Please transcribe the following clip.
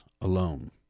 alone